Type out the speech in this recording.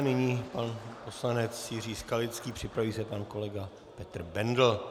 Nyní pan poslanec Jiří Skalický, připraví se pan kolega Petr Bendl.